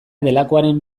delakoaren